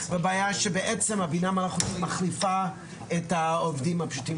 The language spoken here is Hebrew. ובעיה שבעצם הבינה המלכותית מחליפה את העובדים הפשוטים,